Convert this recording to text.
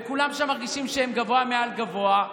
וכולם שם מרגישים שהם גבוה מעל גבוה,